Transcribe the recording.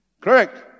Correct